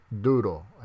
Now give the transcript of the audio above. Duro